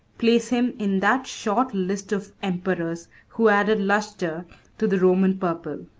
place him in that short list of emperors who added lustre to the roman purple.